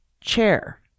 chair